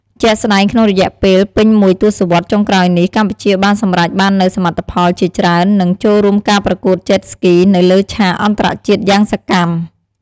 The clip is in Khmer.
ជាក់ស្តែងក្នុងរយៈពេលពេញមួយទសវត្សរ៍ចុងក្រោយនេះ កម្ពុជាបានសម្រេចបាននូវសមិទ្ធផលជាច្រើន និងចូលរួមការប្រកួត Jet Ski នៅលើឆាកអន្តរជាតិយ៉ាងសកម្ម។